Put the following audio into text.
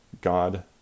God